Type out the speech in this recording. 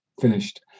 finished